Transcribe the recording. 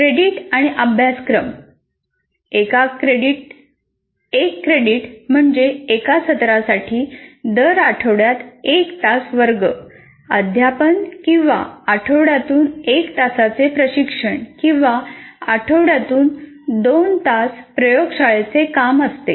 credit आणि अभ्यासक्रम एक क्रेडिट म्हणजे एका सत्रासाठी दर आठवड्यात एक तास वर्ग अध्यापन किंवा आठवड्यातून एक तासाचे प्रशिक्षण किंवा आठवड्यातून दोन तास प्रयोगशाळेचे काम असते